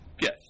Yes